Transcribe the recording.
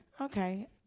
okay